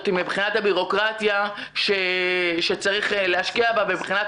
מבחינת הביורוקרטיה שצריך להשקיע בה ומבחינת